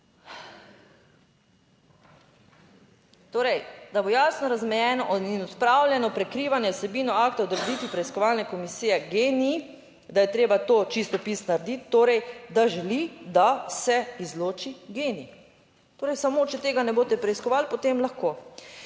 torej, da bo jasno razmejeno in odpravljeno prikrivanje vsebino akta o odreditvi preiskovalne komisije GEN-I, da je treba to čistopis narediti, torej da želi, da se izloči GEN-I. Torej samo, če tega ne boste preiskovali, potem lahko.